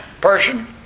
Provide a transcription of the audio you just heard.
person